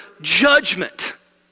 judgment